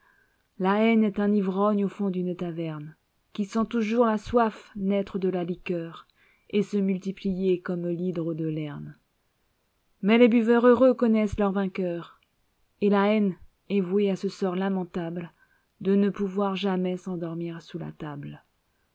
la haine est un ivrogne au fond d'une taverne qui sent toujours la soif naître de la liqueuret se multiplier comme thydre de lerne mais les buveurs heureux connaissent leur vainqueur et la haine est vouée à ce sort lamentablede ne pouvoir jamais s'endormir sous la table